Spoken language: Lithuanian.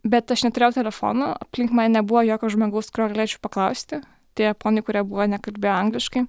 bet aš neturėjau telefono aplink mane nebuvo jokio žmogaus kurio galėčiau paklausti tie japonai kurie buvo nekalbėjo angliškai